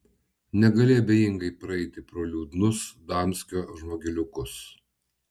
negali abejingai praeiti pro liūdnus damskio žmogeliukus